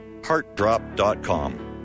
heartdrop.com